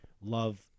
love